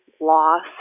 loss